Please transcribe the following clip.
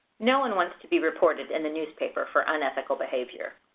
no one wants to be reported in the newspaper for unethical behavior.